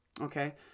Okay